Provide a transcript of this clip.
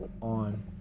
on